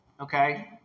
okay